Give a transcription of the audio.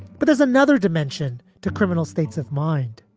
but there's another dimension to criminal states of mind,